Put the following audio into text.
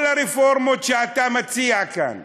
כל הרפורמות שאתה מציע כאן,